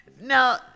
Now